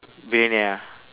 billionaire ah